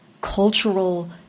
cultural